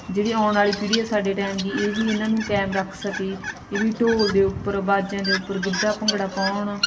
ਜਿਹੜੀ ਆਉਣ ਵਾਲੀ ਪੀੜ੍ਹੀ ਆ ਸਾਡੇ ਟਾਈਮ ਦੀ ਇਹ ਵੀ ਇਹਨਾਂ ਨੂੰ ਕਾਇਮ ਰੱਖ ਸਕੇ ਇਹ ਵੀ ਢੋਲ ਦੇ ਉੱਪਰ ਬਾਜਿਆਂ ਦੇ ਉੱਪਰ ਗਿੱਧਾ ਭੰਗੜਾ ਪਾਉਣ